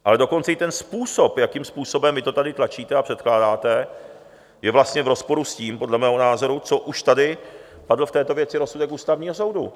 Ale dokonce i ten způsob, jakým způsobem vy to tady tlačíte a předkládáte, je vlastně v rozporu podle mého názoru s tím, co už tady padl v této věci rozsudek Ústavního soudu.